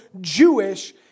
Jewish